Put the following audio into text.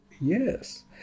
yes